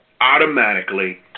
automatically